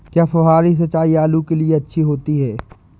क्या फुहारी सिंचाई आलू के लिए अच्छी होती है?